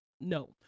no